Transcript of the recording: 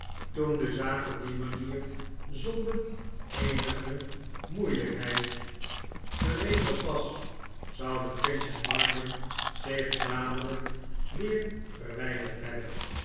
toen de zaak op die manier zonder eenige moeilijkheid geregeld was zouden pinch en martin zich dadelijk weer verwijderd hebben